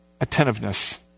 attentiveness